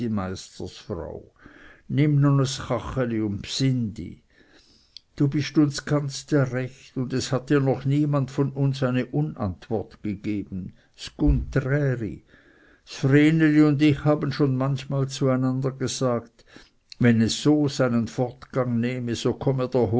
du bist uns ganz der recht und es hat dir noch niemand von uns ein unantwort gegeben ds gunträri ds vreneli und ich haben schon manchmal zueinander gesagt wenn es so seinen fortgang nehme so komme